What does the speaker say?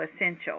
essential